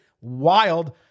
wild